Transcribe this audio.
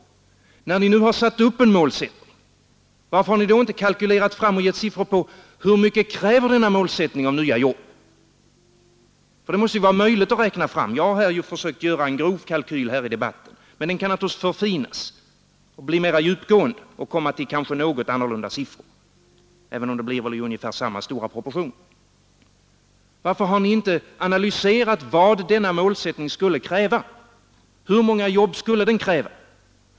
När ni nu har satt upp en målsättning, varför har ni då inte kalkylerat fram och lämnat siffror på hur mycket denna målsättning kräver i form av nya jobb? Det måste ju vara möjligt att räkna fram detta. Jag har försökt göra en grov kalkyl i denna debatt, men den kan naturligtvis förfinas och bli mera djupgående och leda fram till kanske något annorlunda siffror, även om det väl blir ungefär samma proportioner. Varför har ni inte analyserat hur många jobb denna målsättning skulle kräva?